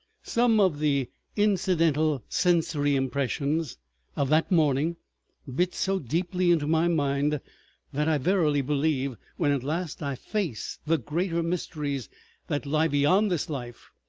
some of the incidental sensory impressions of that morning bit so deeply into my mind that i verily believe, when at last i face the greater mysteries that lie beyond this life,